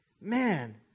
man